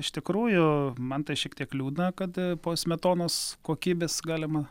iš tikrųjų man tai šiek tiek liūdna kad po smetonos kokybės galima